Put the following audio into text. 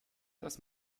das